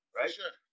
right